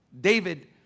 David